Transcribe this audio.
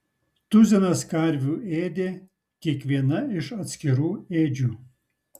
tuzinas karvių ėdė kiekviena iš atskirų ėdžių